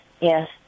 yes